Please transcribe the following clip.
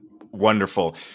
Wonderful